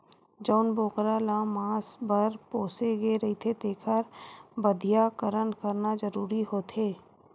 जउन बोकरा ल मांस बर पोसे गे रहिथे तेखर बधियाकरन करना जरूरी होथे